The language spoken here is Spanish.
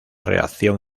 reacción